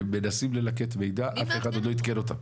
הם מנסים ללקט מידע, אף אחד עוד לא עדכן אותם,